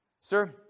Sir